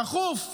דחוף רפיח,